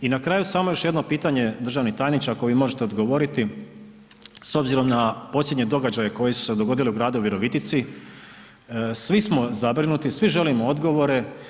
I na kraju, samo još jedno pitanje, državni tajniče, ako mi možete odgovoriti, s obzirom na posljednje događaje koji su se dogodili u gradu Virovitici, svi smo zabrinuti, svi želimo odgovore.